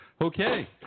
Okay